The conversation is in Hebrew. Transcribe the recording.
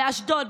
באשדוד,